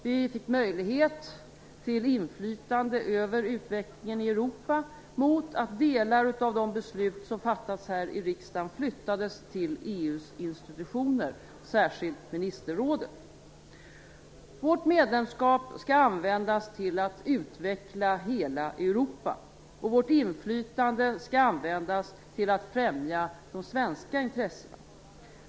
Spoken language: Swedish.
Vi fick möjlighet till inflytande över utvecklingen i Europa mot att delar av de beslut som fattats här i riksdagen flyttades till EU:s institutioner, särskilt ministerrådet. Vårt medlemskap skall användas till att utveckla hela Europa, och vårt inflytande skall användas till att främja de svenska intressena.